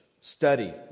Study